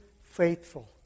faithful